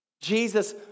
Jesus